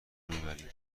میبریم